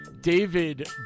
David